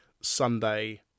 sunday